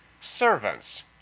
Servants